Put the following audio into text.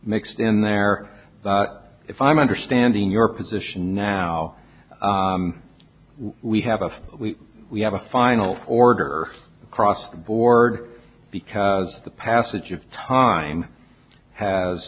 mixed in there if i'm understanding your position now we have we we have a final order across the board because the passage of time has